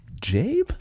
Jabe